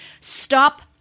stop